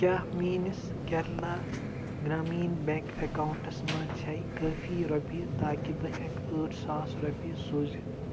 کیٛاہ میٛٲنِس Kerala Grameen bank accounts منٛز چھےٚ کٲفی رۄپیہِ تاکہِ بہٕ ہٮ۪کہٕ ٲٹھ ساس رۄپیہِ سوٗزِتھ